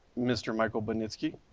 mr. michael bunitsky,